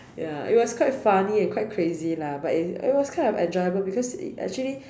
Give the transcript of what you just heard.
ya it was quite funny and quite crazy lah but it was kind of enjoyable because it actually